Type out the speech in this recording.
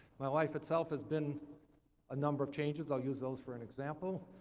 my life itself has been a number of changes. i'll use those for an example.